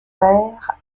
vert